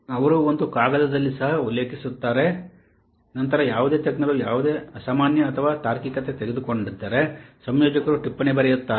ಅವರು ಒಂದು ಕಾಗದದಲ್ಲಿ ಸಹ ಉಲ್ಲೇಖಿಸುತ್ತಾರೆ ನಂತರ ಯಾವುದೇ ತಜ್ಞರು ಯಾವುದೇ ಅಸಾಮಾನ್ಯ ಅಥವಾ ತಾರ್ಕಿಕತೆ ತೆಗೆದುಕೊಂಡಿದ್ದರೆ ಸಂಯೋಜಕರು ಟಿಪ್ಪಣಿ ಬರೆಯುತ್ತಾರೆ